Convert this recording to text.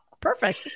perfect